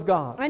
God